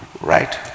right